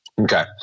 Okay